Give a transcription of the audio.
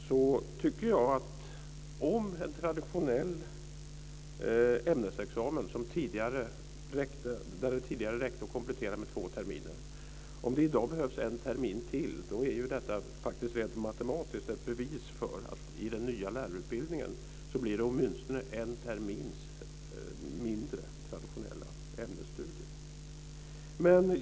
Om det i dag behövs en termin till för att komplettera en traditionell ämnesexamen där det tidigare räckte med två terminer är ju detta faktiskt rent matematiskt ett bevis för att det i den nya lärarutbildningen åtminstone blir en termin mindre med traditionella ämnesstudier.